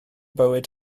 bywyd